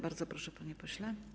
Bardzo proszę, panie pośle.